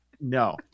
no